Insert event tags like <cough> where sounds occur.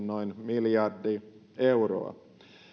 <unintelligible> noin miljardi euroa